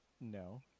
No